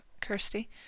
Kirsty